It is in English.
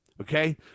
okay